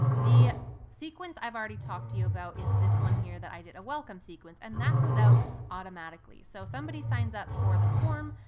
the sequence i've already talked to you about is this one here, that i did a welcome sequence. and that goes out automatically. so if somebody signs up for this form,